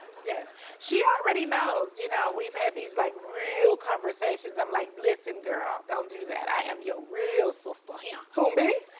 yes, she already knows, you know we've had these like real conversations, i'm like, listen, girl, don't do that, i am your real sister here. who me?